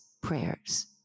Prayers